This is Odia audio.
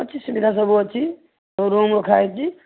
ଅଛି ସୁବିଧା ସବୁ ଅଛି ସବୁ ରୁମ୍ ରଖାହେଇଛି